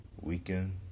weekend